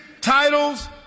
titles